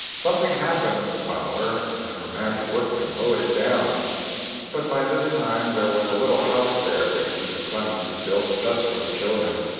something happened to the bower an unromantic workman mowed it down but by this time there was a little house there which mrs. clemens had built, just for the children.